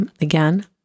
again